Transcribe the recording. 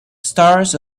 stars